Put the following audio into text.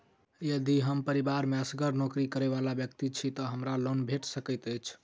यदि हम परिवार मे असगर नौकरी करै वला व्यक्ति छी तऽ हमरा लोन भेट सकैत अछि?